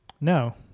No